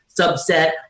subset